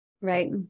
Right